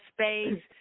space